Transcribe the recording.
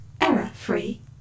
error-free